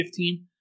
15